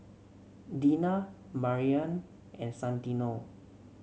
Dina Maryanne and Santino